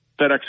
FedEx